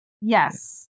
Yes